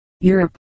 Europe